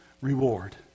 reward